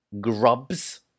grubs